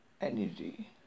energy